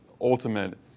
ultimate